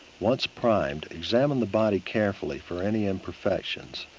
once primed, examine the body carefully for any imperfections.